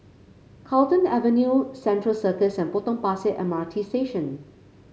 Carlton Avenue Central Circus and Potong Pasir M R T Station